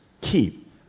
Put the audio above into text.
keep